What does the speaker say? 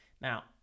Now